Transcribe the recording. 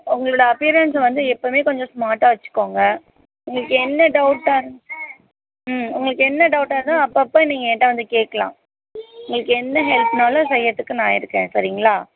உங்களோடய அப்பியரன்ஸ வந்து எப்பவுமே கொஞ்சம் ஸ்மார்ட்டாக வச்சிக்கோங்க உங்களுக்கு என்ன டவுட்டாக ம் உங்களுக்கு என்ன டவுட்டாகருந்தாலும் அப்பப்போ நீங்கள் என்கிட்ட வந்து கேக்கலாம் உங்களுக்கு என்ன ஹெல்ப்னாலும் செய்யிறத்துக்கு நான் இருக்கேன் சரிங்களா